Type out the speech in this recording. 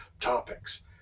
topics